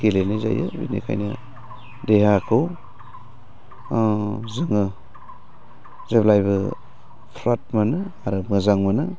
गेलेनाय जायो बिनिखायनो देहाखौ जोङो जेब्लायबो फ्राथ मोनो आरो मोजां मोनो